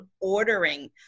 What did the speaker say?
ordering